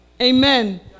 Amen